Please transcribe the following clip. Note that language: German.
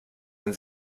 ein